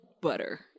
butter